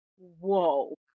whoa